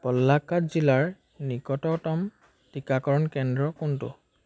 পলাক্কাদ জিলাৰ নিকটতম টীকাকৰণ কেন্দ্ৰ কোনটো